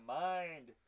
mind